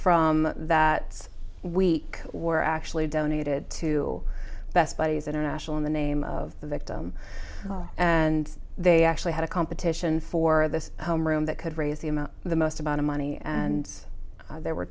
from that week were actually donated to best buddies international in the name of the victim and they actually had a competition for the home room that could raise the amount of the most amount of money and there were